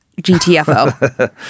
GTFO